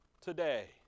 today